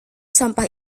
sampah